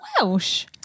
Welsh